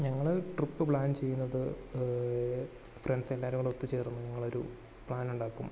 ഞങ്ങൾ trip plan ചെയ്യുന്നത് friends എല്ലാവരുംകൂടെ ഒത്ത് ചേർന്ന് ഞങ്ങളൊരു പ്ലാൻ ഉണ്ടാക്കും